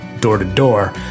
door-to-door